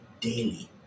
daily